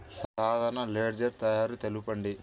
సాధారణ లెడ్జెర్ తయారి తెలుపండి?